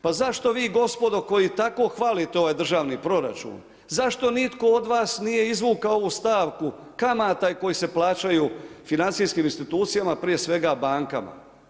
Pa zašto vi gospodo, koji tako hvalite ovaj državni proračun, zašto nitko od vas nije izvukao ovu stavku kamatama koje se plaćaju financijskim institucijama prije svega bankama?